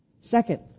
Second